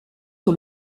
sur